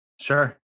Sure